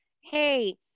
hey